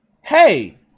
Hey